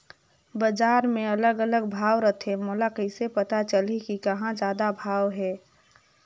बजार मे अलग अलग भाव रथे, मोला कइसे पता चलही कि कहां जादा भाव हे?